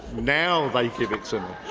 now, they give it to